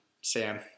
Sam